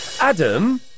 Adam